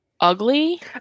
Ugly